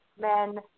men